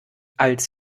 als